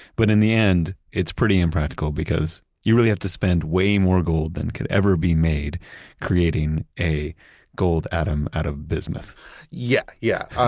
but, in the end, it's pretty impractical, because you really have to spend way more gold than could ever be made creating a gold atom out of bismuth yeah, yeah.